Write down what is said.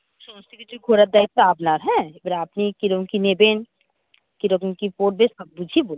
সমস্ত কিছু ঘোরার দায়িত্ব আপনার হ্যাঁ এবারে আপনি কি রকম কি নেবেন কি রকম কি পড়বে সব বুঝিয়ে বলুন